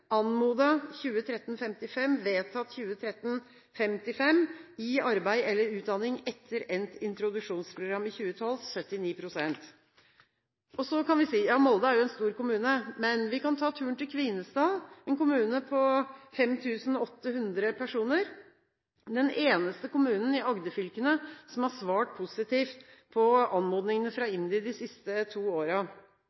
I 2013 ble kommunen anmodet om 55 personer, og 55 personer ble vedtatt bosatt. 79 pst. er i arbeid eller utdanning etter endt introduksjonsprogram i 2012. Vi kan si at Molde er en stor kommune. Men vi kan ta turen til Kvinesdal, en kommune på 5 800 personer, den eneste kommunen i Agder-fylkene som har svart positivt på anmodningen fra